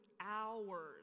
hours